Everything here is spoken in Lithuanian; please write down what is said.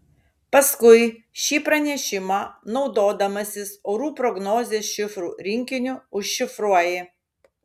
paskui šį pranešimą naudodamasis orų prognozės šifrų rinkiniu užšifruoji